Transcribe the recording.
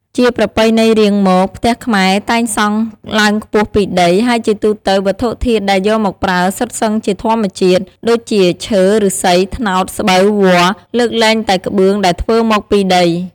ជាប្រពៃណីរៀងមក ផ្ទះខ្មែរតែងសង់ឡើងខ្ពស់ពីដី ហើយជាទូទៅ វត្ថុធាតុដែលយកមកប្រើសុទ្ធសឹងជាធម្មជាតិ ដូចជាឈើ, ឫស្សី, ត្នោត, ស្បូវ, វល្លិ... លើកលែងតែក្បឿងដែលធ្វើមកពីដី។